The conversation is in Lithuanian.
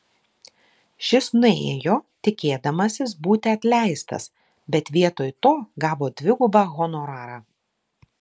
šis nuėjo tikėdamasis būti atleistas bet vietoj to gavo dvigubą honorarą